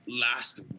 last